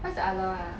what's the other [one] ah